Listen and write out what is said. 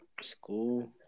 School